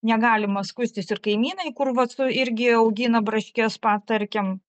negalima skųstis ir kaimynai kur vat su irgi augina braškes pat tarkim